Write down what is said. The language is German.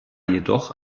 jedoch